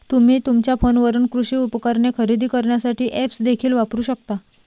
तुम्ही तुमच्या फोनवरून कृषी उपकरणे खरेदी करण्यासाठी ऐप्स देखील वापरू शकता